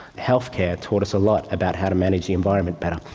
healthcare taught us a lot about how to manage the environment better,